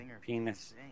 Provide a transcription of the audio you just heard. penis